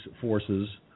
forces